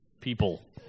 people